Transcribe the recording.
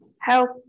Help